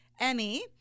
Emmy